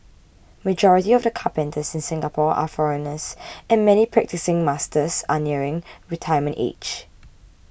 majority of the carpenters in Singapore are foreigners and many practising masters are nearing retirement age